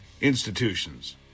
institutions